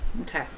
okay